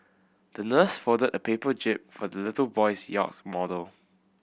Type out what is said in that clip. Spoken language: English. the nurse folded a paper jib for the little boy's yacht model